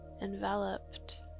enveloped